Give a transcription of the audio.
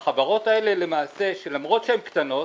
והחברות האלה, למרות שהן קטנות,